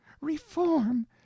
reform